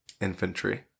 Infantry